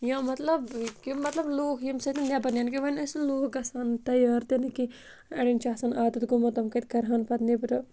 یا مطلب کہِ مطلب لوٗکھ ییٚمہِ سۭتۍ نیٚبَر نیرَن نہٕ کہِ وَنۍ ٲسۍ نہٕ لوٗکھ گژھان تَیار تہِ نہٕ کینٛہہ اَڑیٚن چھُ آسان عادت گوٚمُت یِم کَتہِ کَرہَن پَتہٕ نیٚبرٕ